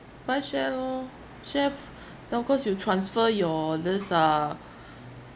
buy share lor share then of course you transfer your this uh